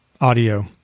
audio